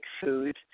food